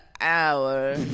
Hour